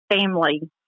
family